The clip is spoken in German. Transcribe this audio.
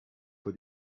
für